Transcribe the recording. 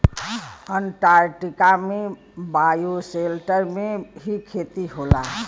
Antarctica में bioshelter में ही खेती होला